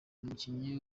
umukinnyi